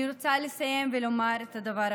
אני רוצה לסיים ולומר את הדבר הבא: